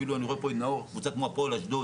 אפילו אני רואה פה את נאור קבוצה כמו הפועל אשדוד,